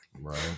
Right